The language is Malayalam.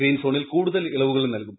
ഗ്രീൻ സോണിൽ കൂടുതൽ ഇളവുകൾ നൽകും